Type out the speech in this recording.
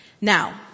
Now